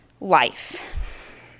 life